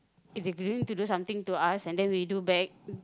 if they going to do something to us and then we do back